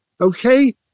Okay